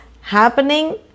happening